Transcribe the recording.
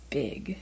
big